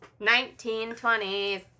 1920s